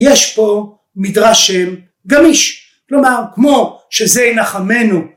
‫יש פה מדרש שם גמיש, ‫כלומר, כמו שזה ינחמנו.